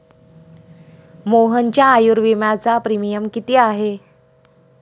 मोहनच्या आयुर्विम्याचा प्रीमियम किती आहे?